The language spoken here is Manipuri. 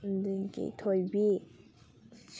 ꯑꯗꯒꯤ ꯊꯣꯏꯕꯤ